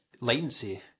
latency